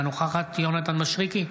אינה נוכחת יונתן מישרקי,